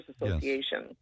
Association